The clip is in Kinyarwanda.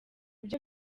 byo